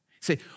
Say